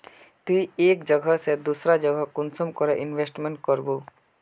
ती एक जगह से दूसरा जगह कुंसम करे इन्वेस्टमेंट करबो?